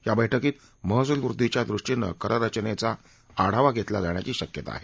या बैठकीत महसूल वृद्दीच्या दृष्टीनं कर रचनेचा आढावा घेतला जाण्याची शक्यता आहे